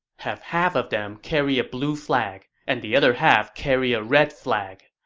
have half of them carry a blue flag, and the other half carry a red flag.